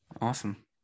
awesome